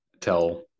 tell